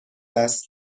است